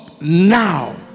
now